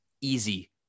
easy